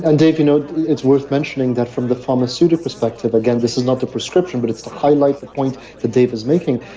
and dave, you know it's worth mentioning that from the pharmaceutic perspective, again, this is not the prescription but it's to highlight the point that dave is making.